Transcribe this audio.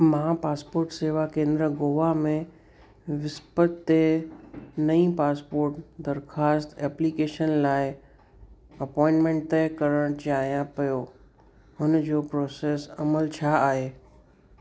मां पासपोर्ट सेवा केंद्र गोवा में विस्पति ते नईं पासपोर्ट दरख़्वास्त एप्लीकेशन लाइ अपॉइंटमेंट तइ करणु चाहियां पियो हुन जो प्रोसेस अमल छा आहे